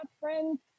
friends